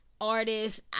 artists